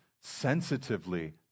sensitively